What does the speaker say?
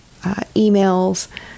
emails